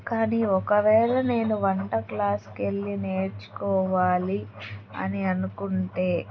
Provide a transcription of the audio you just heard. కానీ ఒకవేళ నేను వంట క్లాస్కెళ్ళి నేర్చుకోవాలి అని అనుకుంటే